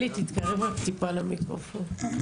תתקרב מעט למיקרופון.